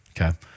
Okay